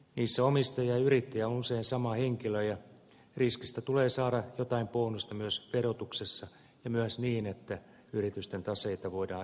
niissä omistaja ja yrittäjä on usein sama henkilö ja riskistä tulee saada jotain bonusta myös verotuksessa ja myös niin että yritysten taseita voidaan edelleen vahvistaa